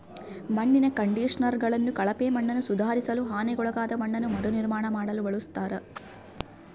ಮಣ್ಣಿನ ಕಂಡಿಷನರ್ಗಳನ್ನು ಕಳಪೆ ಮಣ್ಣನ್ನುಸುಧಾರಿಸಲು ಹಾನಿಗೊಳಗಾದ ಮಣ್ಣನ್ನು ಮರುನಿರ್ಮಾಣ ಮಾಡಲು ಬಳಸ್ತರ